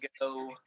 go